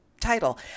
title